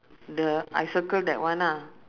the I circle that one ah